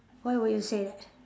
why would you say that